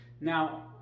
Now